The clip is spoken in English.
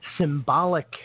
symbolic